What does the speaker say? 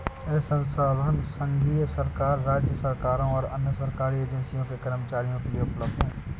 यह संसाधन संघीय सरकार, राज्य सरकारों और अन्य सरकारी एजेंसियों के कर्मचारियों के लिए उपलब्ध है